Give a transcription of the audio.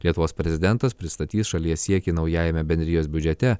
lietuvos prezidentas pristatys šalies siekį naujajame bendrijos biudžete